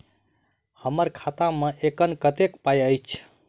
हम्मर खाता मे एखन कतेक पाई अछि?